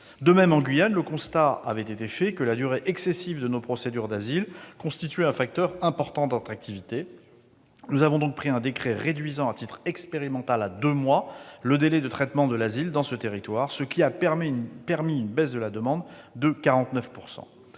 décisive. En Guyane, le constat avait été dressé que la durée excessive de nos procédures d'asile constituait un facteur important d'attractivité. Nous avons donc pris un décret réduisant à titre expérimental le délai de traitement de l'asile dans ce territoire à deux mois, ce qui a permis une baisse de 49 % de la